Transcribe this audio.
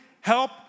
Help